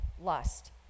lust